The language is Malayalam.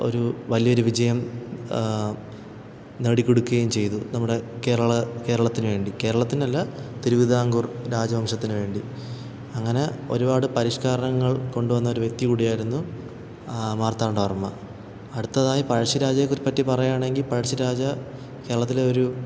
ഒരു വലിയൊരു വിജയം നേടിക്കൊടുക്കുകയും ചെയ്തു നമ്മുടെ കേരള കേരളത്തിന് വേണ്ടി കേരളത്തിനല്ല തിരുവിതാംകൂര് രാജവംശത്തിന് വേണ്ടി അങ്ങനെ ഒരുപാട് പരിഷ്കരണങ്ങള് കൊണ്ടുവന്നൊരു വ്യക്തി കൂടിയായിരുന്നു മാര്ത്താണ്ഡവര്മ്മ അടുത്തതായി പഴശ്ശിരാജയെ പറ്റി പറയുകയാണെങ്കിൽ പഴശ്ശിരാജ കേരളത്തിലെ ഒരു